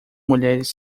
mulheres